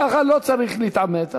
ככה לא צריך להתעמת,